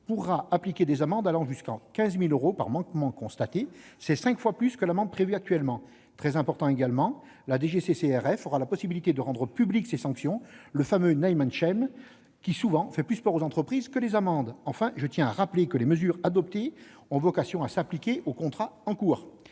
pourra appliquer des amendes allant jusqu'à 15 000 euros par manquement constaté, soit cinq fois plus que l'amende actuelle. Ce qui est très important également, la DGCCRF aura la possibilité de rendre publiques ces sanctions, le fameux qui fait souvent plus peur aux entreprises que les amendes. Enfin, je tiens à rappeler que les mesures adoptées ont vocation à s'appliquer aux contrats en cours.